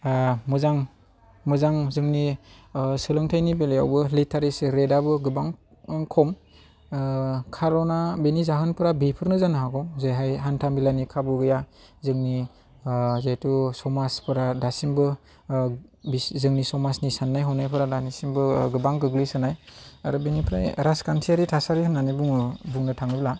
मोजां मोजां जोंनि सोलोंथायनि बेलायावबो लिटारेसि रेटआबो गोबां खम खार'ना बेनि जाहोनाफोरा बेफोरनो जानो हागौ जेरैहाय हान्थामेलानि खाबु गैया जोंनि जिहेतु समाजफोरा दासिमबो जोंनि समाजनि साननाय हनायफोरा दासिमबो गोबां गोग्लैसोनाय आरो बेनिफ्राय राजखान्थियारि थासारि होननानै बुंनो थाङोब्ला